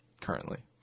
currently